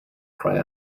cry